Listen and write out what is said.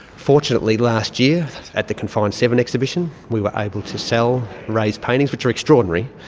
fortunately last year at the confined seven exhibition we were able to sell ray's paintings, which are extraordinary.